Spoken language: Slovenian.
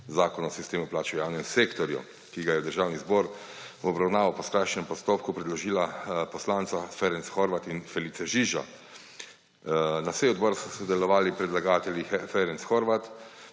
Zakona o sistemu plač v javnem sektorju, ki sta ga v Državni zbor v obravnavo po skrajšanem postopku predložila poslanca Ferenc Horváth in Felice Žiža. Na seji odbora so sodelovali predlagatelj Ferenc Horváth,